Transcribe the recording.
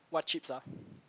what chips uh